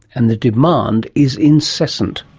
and the demand is incessant.